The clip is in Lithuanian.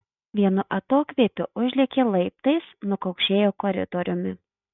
vienu atokvėpiu užlėkė laiptais nukaukšėjo koridoriumi